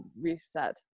reset